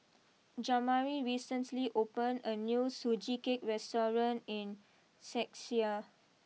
Jamari recently opened a new Sugee Cake restaurant in Czechia